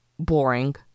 Boring